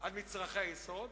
על מצרכי היסוד,